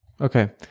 Okay